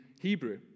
Hebrew